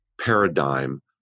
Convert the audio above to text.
paradigm